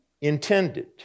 intended